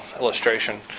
illustration